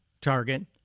Target